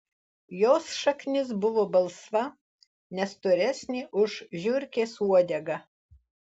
jos šaknis buvo balsva ne storesnė už žiurkės uodegą